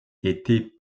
était